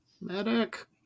Medic